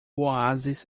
oásis